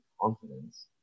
confidence